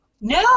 No